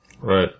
right